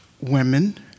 women